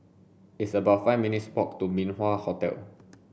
it's about five minutes' walk to Min Wah Hotel